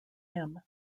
him